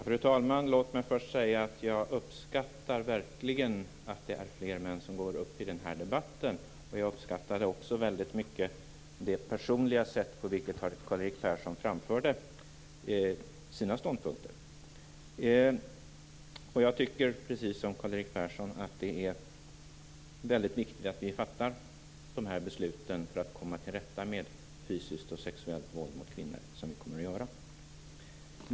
Fru talman! Låt mig först säga att jag verkligen uppskattar att det är fler män som går upp i den här debatten. Jag uppskattade också väldigt mycket det personliga sätt på vilket Karl-Erik Persson framförde sina ståndpunkter. Jag tycker precis som Karl-Erik Persson att det är väldigt viktigt att vi fattar de beslut för att komma till rätta med fysiskt och sexuellt våld mot kvinnor som vi kommer att göra.